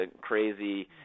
crazy